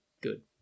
good